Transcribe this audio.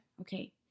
Okay